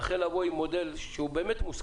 ולבוא עם מודל מוסכם.